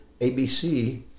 ABC